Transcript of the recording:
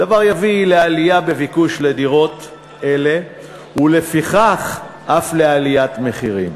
הדבר יביא לעלייה בביקוש לדירות אלה ולפיכך אף לעליית מחירים,